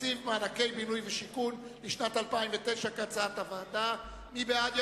תקציב מענקי בינוי ושיכון לשנת 2009 כהצעת הוועדה: מי בעד,